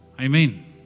Amen